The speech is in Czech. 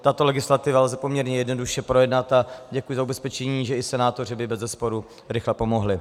Tuto legislativu lze poměrně jednoduše projednat a děkuji za ubezpečení, že i senátoři by bezesporu rychle pomohli.